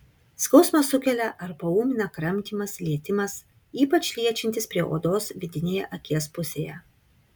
skausmą sukelia ar paūmina kramtymas lietimas ypač liečiantis prie odos vidinėje akies pusėje